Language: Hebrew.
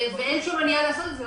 ואין שום מניעה לעשות את זה,